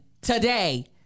today